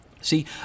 See